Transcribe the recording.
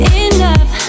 enough